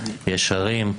ישרים,